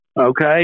Okay